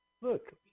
Look